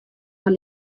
mar